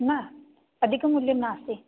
न अधिकमूल्यं नास्ति